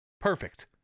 Perfect